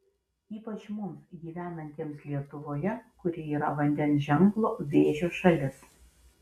ypač mums gyvenantiems lietuvoje kuri yra vandens ženklo vėžio šalis